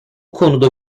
konuda